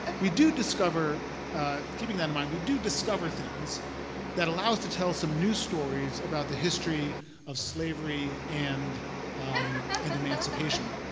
we do discover keeping that in mind, we do discover things that allow us to tell some new stories about the history of slavery and and emancipation.